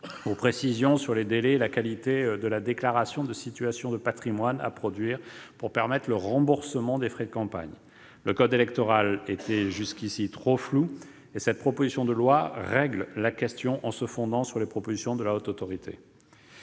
aux précisions sur les délais et la qualité de la déclaration de situation de patrimoine à produire pour prétendre au remboursement des frais de campagne. Le code électoral était jusqu'ici trop flou et cette proposition de loi règle la question, en se fondant sur les propositions de la Haute Autorité